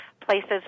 places